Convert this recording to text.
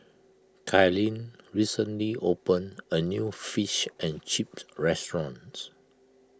Kaylynn recently opened a new Fish and Chips restaurants